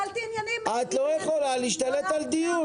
את לא יכולה להשתלט על דיון.